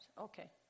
Okay